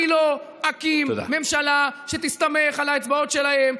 אלא: אני לא אקים ממשלה שתסתמך על האצבעות שלהם,